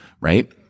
right